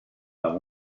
amb